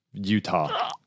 Utah